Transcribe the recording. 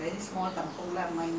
you are not staying in a kampung